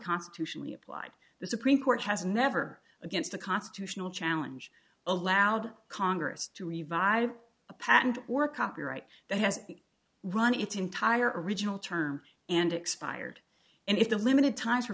constitutionally applied the supreme court has never against a constitutional challenge allowed congress to revive a patent or copyright that has run its entire original term and expired and if the limited times for